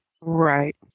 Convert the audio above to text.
Right